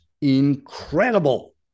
incredible